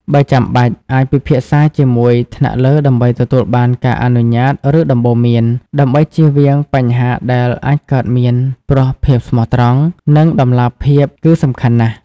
បើចាំបាច់ អាចពិភាក្សាជាមួយថ្នាក់លើដើម្បីទទួលបានការអនុញ្ញាត ឬដំបូន្មាន ដើម្បីជៀសវាងបញ្ហាដែលអាចកើតមានព្រោះ ភាពស្មោះត្រង់ និងតម្លាភាពគឺសំខាន់ណាស់។